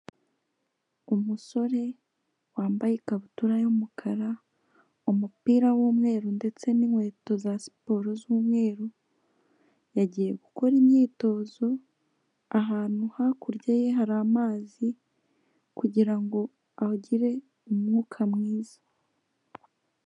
Umusore wambaye ikabutura y'umukara, umupira w'umweru ndetse n'inkweto za siporo z'umweru, yagiye gukora imyitozo ahantu hakurya ye hari amazi kugira ngo agire umwuka mwiza.